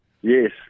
Yes